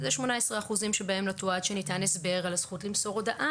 אז יש 18% שבהם לא תועד שניתן הסבר על הזכות למסור הודעה